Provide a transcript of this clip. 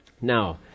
Now